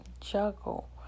juggle